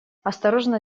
осторожно